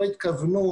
לא התכוונו